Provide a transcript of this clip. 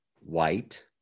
White